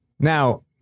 Now